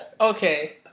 Okay